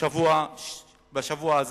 בשבוע הזה.